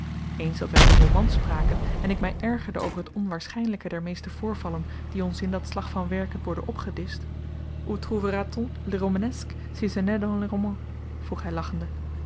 eens dat wij van romans spraken en ik mij ergerde over het onwaarschijnlijke der meeste voorvallen die ons in dat slag van werken worden opgedischt où trouvera t on le romanesque si ce n'est dans les romans vroeg hij lachende